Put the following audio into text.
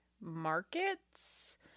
markets